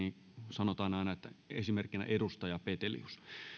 sanotaan aina esimerkiksi edustaja petelius